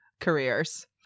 Careers